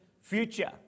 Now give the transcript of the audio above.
future